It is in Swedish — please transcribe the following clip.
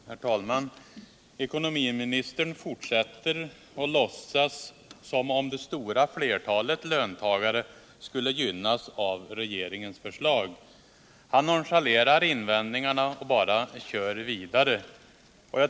Herr talman! Ekonomiministern fortsätter att låtsas som om det stora flertalet löntagare skulle gynnas av regeringens förslag. Han nonchalerar invändningarna och kör bara vidare.